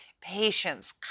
patience